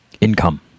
income